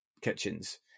kitchens